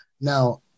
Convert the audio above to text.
Now